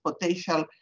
potential